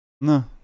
No